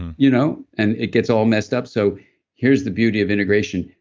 you know and it gets all messed up. so here's the beauty of integration.